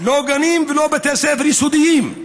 לא גנים ולא בתי ספר יסודיים.